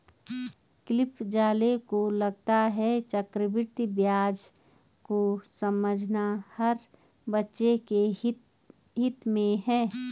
Cliff Zale को लगता है चक्रवृद्धि ब्याज को समझना हर बच्चे के हित में है